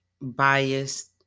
biased